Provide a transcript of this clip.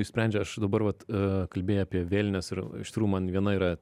išsprendžia aš dabar vat kalbėjai apie vėlines ir iš tikrųjų man viena yra